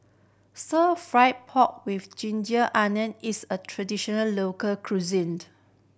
fried pork with ginger onion is a traditional local cuisined